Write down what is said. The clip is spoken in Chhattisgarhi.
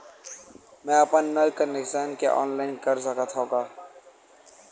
मैं अपन नल कनेक्शन के ऑनलाइन कर सकथव का?